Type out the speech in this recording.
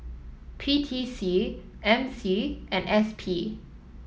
P T C M C and S P